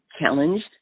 challenged